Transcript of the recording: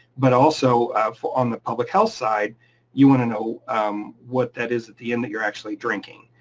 but also on the public health side you want to know what that is at the end that you're actually drinking.